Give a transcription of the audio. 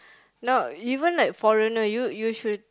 now even like foreigner you you should